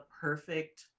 perfect